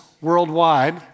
worldwide